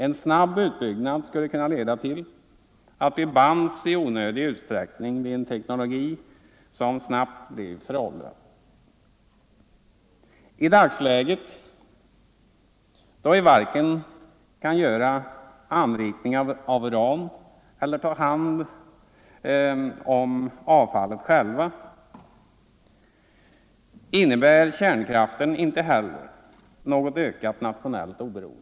En snabb utbyggnad skulle kunna leda till att vi bands i onödig utsträckning vid en teknologi som snabbt blev föråldrad. I dagsläget, då vi varken kan göra anrikning av uran eller ta hand om avfallet själva, innebär kärnkraften inte heller något ökat nationellt oberoende.